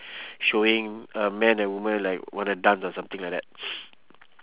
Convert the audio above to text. showing a man and woman like wanna dance or something like that